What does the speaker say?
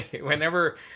Whenever